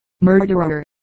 murderer